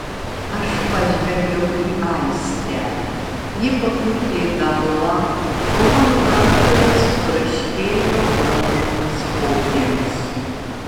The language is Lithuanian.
aš pažvelgiau į aistę ji papurtė galvą o mano rankoje subraškėjo glamžomas popierius